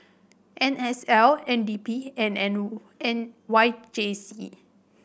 N S L N D P and N N Y J C